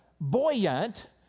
buoyant